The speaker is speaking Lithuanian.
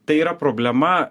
tai yra problema